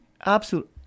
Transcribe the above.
absolute